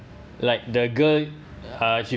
like the girl uh she